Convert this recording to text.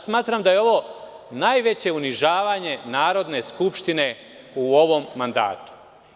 Smatram da je ovo najveće unižavanje Narodne skupštine u ovom mandatu.